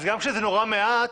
אז גם כשזה נורא מעט,